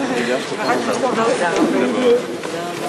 הבכורה של חברת הכנסת פנינה תמנו-שטה.